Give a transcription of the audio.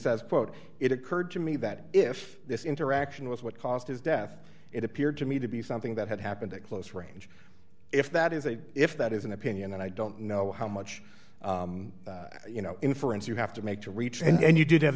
says quote it occurred to me that if this interaction was what caused his death it appeared to me to be something that had happened at close range if that is a if that is an opinion and i don't know how much you know inference you have to make to reach and you did have